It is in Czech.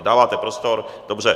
Dáváte prostor, dobře.